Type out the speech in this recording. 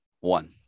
One